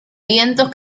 vientos